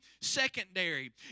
secondary